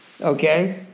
Okay